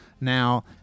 Now